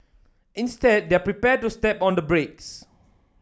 instead they're prepared to step on the brakes